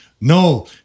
no